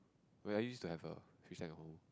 where I used to have a fish tank at home